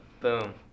boom